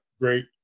great